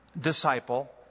disciple